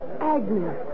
Agnes